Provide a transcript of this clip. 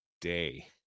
day